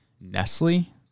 Nestle